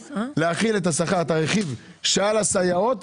להחיל את הרכיב שעל הסייעות,